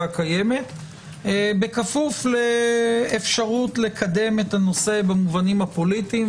הקיימת בכפוף לאפשרות לקדם את הנושא במובנים הפוליטיים,